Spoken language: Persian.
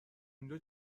اونجا